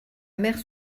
mère